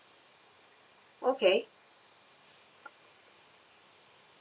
okay